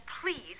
Please